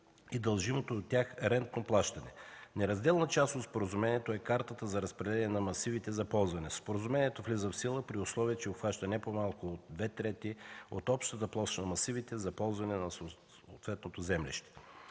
и дължимото от тях рентно плащане. Неразделна част от споразумението е Картата за разпределение на масивите за ползване. Споразумението влиза в сила, при условие че обхваща не по-малко от две трети от общата площ на масивите за ползване от съответното землище.